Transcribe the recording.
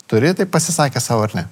turi tai pasisakęs sau ar ne